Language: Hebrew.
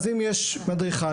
אז אם יש מדריכה,